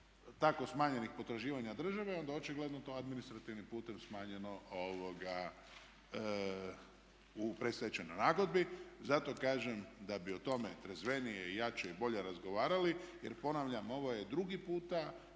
tako smanjenih potraživanja države, onda očigledno to administrativnim putem smanjeno u predstečajnoj nagodbi. Zato kažem da bi o tome trezvenije i jače i bolje razgovarali, jer ponavljam ovo je drugi puta